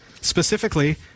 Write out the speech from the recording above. specifically